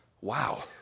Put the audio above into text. Wow